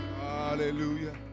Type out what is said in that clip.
Hallelujah